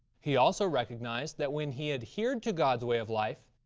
he also recognized that when he adhered to god's way of life,